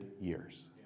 years